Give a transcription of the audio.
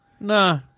Nah